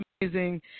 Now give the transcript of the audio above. amazing